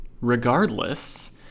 Regardless